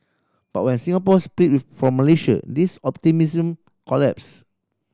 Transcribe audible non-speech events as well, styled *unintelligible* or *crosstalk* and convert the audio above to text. but when Singapore split *unintelligible* from Malaysia this optimism collapsed